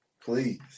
please